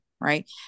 Right